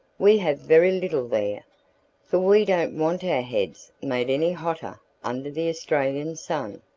we have very little there for we don't want our heads made any hotter under the australian sun.